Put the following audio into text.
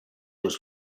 was